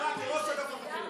ראש אגף חקירות הוא עבריין?